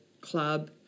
club